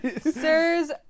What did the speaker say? sirs